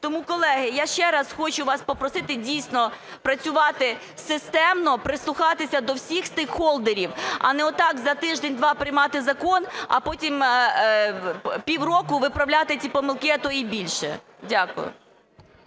Тому, колеги, я ще раз хочу вас попросити дійсно працювати системно, прислухатися до всіх стейкхолдерів, а не так за тиждень-два приймати закон, а потім пів року виправляти ті помилки, а то і більше. Дякую.